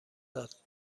داد